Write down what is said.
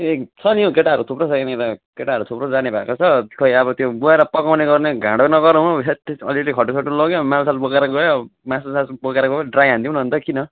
एक छ नि हौ केटाहरू थुप्रो छ यहाँनिर केटाहरू थुप्रो जाने भएको छ खै अब त्यो गएर पकाउनेओर्ने घाँडो नगरौँ हेत् तेत् अलिअलि खट्टुसट्टु लग्यो माछा बोकेर गयो माछासासु बोकेर गयो ड्राई हानिदिउँ न अन्त किन